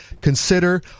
consider